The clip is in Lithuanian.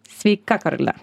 sveika karolina